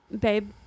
babe